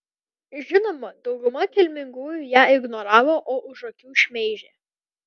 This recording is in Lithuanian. žinoma dauguma kilmingųjų ją ignoravo o už akių šmeižė